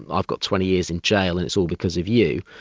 i've got twenty years in jail and it's all because of you,